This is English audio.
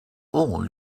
all